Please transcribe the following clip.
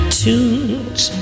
tunes